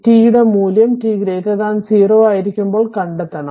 t യുടെ മൂല്യം t0 ആയിരിക്കുമ്പോൾ കണ്ടെത്തണം